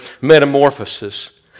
metamorphosis